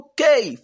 Okay